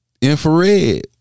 Infrared